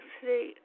today